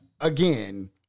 again